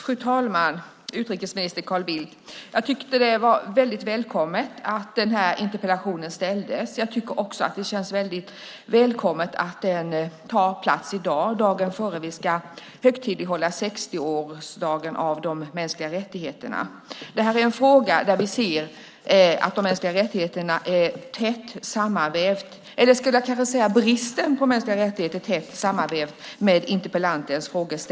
Fru talman! Utrikesminister Carl Bildt! Jag tycker att det är mycket välkommet att den här interpellationen ställdes. Jag tycker också att det känns mycket välkommet att den debatteras i dag, dagen före det att vi ska högtidlighålla 60-årsdagen av de mänskliga rättigheterna. Det här är en fråga där bristen på mänskliga rättigheterna är tätt sammanvävd med interpellantens frågor.